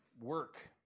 work